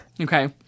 Okay